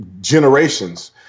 generations